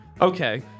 Okay